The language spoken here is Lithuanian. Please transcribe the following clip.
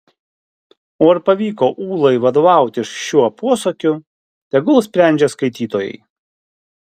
o ar pavyko ūlai vadovautis šiuo posakiu tegul sprendžia skaitytojai